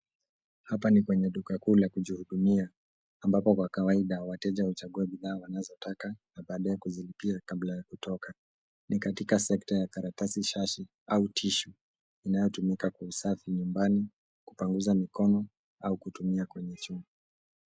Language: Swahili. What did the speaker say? Hapa ni kwenye duka kuu la kujihudumia ambapo kwa kawaida wateja huchagua bidhaa wanazotaka na baadaye kuzilipia kabla ya kutoka. Ni katika sekta ya karatasi shashi au tissue inayotumika kwa usafi nyumbani, kupanguza mikono au kutumia kwenye choo.